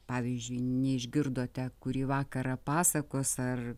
pavyzdžiui neišgirdote kurį vakarą pasakos ar